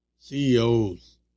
CEOs